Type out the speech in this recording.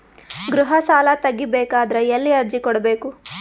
ಗೃಹ ಸಾಲಾ ತಗಿ ಬೇಕಾದರ ಎಲ್ಲಿ ಅರ್ಜಿ ಕೊಡಬೇಕು?